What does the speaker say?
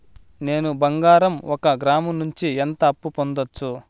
నేను బంగారం ఒక గ్రాము నుంచి ఎంత అప్పు పొందొచ్చు